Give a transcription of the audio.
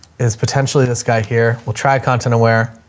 is potentially this guy here. we'll try content aware,